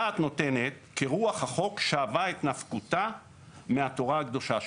הדעת נותנת כרוח החוק שאבה את נפקותא מהתורה הקדושה שלנו.